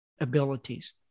abilities